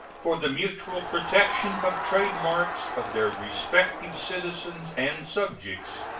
for the mutual protection of trade-marks of their respective citizens and subjects.